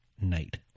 night